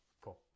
Cool